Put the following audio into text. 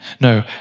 No